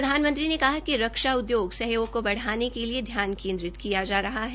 प्रधानमंत्री ने कहा कि रक्षा उद्योग सहयोग को बढाने के लिए ध्यान केन्द्रित किया जा रहा है